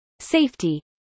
Safety